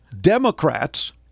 Democrats